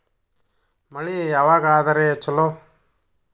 ಮಳಿ ಯಾವಾಗ ಆದರೆ ಛಲೋ?